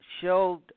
Showed